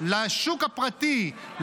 לשוק הפרטי,